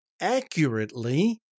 accurately